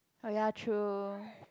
oh ya true